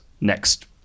next